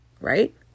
right